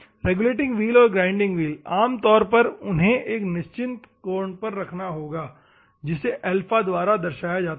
regulating wheel और grinding wheel आम तौर पर उन्हें एक निश्चित कोण पर रखना होगा जिसे अल्फा द्वारा दर्शाया जाता है